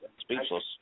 speechless